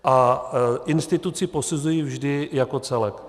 A instituci posuzuji vždy jako celek.